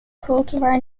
cultivar